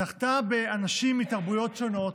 זכתה באנשים מתרבויות שונות,